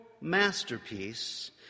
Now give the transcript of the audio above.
masterpiece